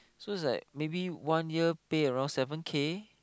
so is like maybe one year pay around like seven K